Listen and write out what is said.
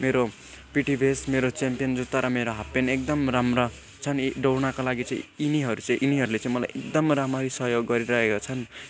मेरो PT vest मेरो champion जुत्ता र मेरो हाफपेन्ट एकदम राम्रा छन् यी दौडनका लागि चाहिँ यिनीहरू चाहिँ यिनीहरूले चाहिँ मलाई एकदम राम्ररी सहयोग गरिरहेका छन्